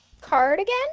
cardigan